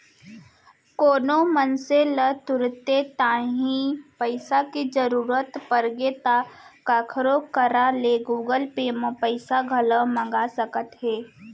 कोनो मनसे ल तुरते तांही पइसा के जरूरत परगे ता काखरो करा ले गुगल पे म पइसा घलौक मंगा सकत हे